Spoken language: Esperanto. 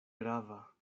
grava